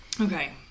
Okay